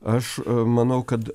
aš manau kad